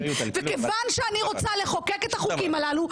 וכיוון שאני רוצה לחוקק את החוקים הללו,